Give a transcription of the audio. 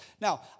Now